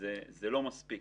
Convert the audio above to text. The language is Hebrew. זה לא מספיק.